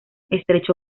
estrecho